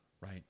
right